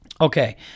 okay